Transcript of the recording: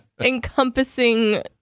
encompassing